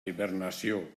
hibernació